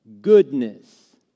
goodness